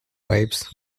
wives